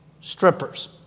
strippers